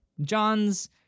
John's